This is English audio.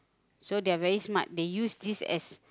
so they are very smart they use this as